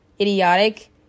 idiotic